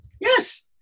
Yes